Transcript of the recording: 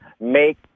make